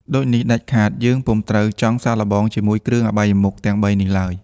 ដូចនេះ ដាច់ខាតយើងពុំត្រូវចង់សាកល្បងជាមួយគ្រឿអបាយមុខទាំងបីនេះឡើយ ។